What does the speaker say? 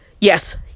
yes